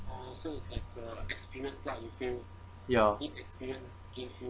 ya